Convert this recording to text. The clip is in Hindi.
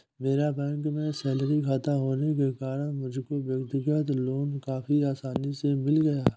मेरा बैंक में सैलरी खाता होने के कारण मुझको व्यक्तिगत लोन काफी आसानी से मिल गया